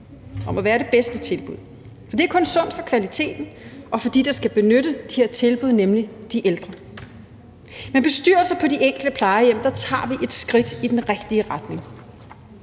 om at være det bedste tilbud, for det er kun sundt for kvaliteten og for dem, der skal benytte de her tilbud, nemlig de ældre. Med bestyrelser på de enkelte plejehjem tager vi et skridt i den rigtige retning.